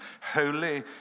Holy